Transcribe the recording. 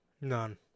None